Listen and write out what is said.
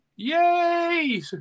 Yay